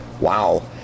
Wow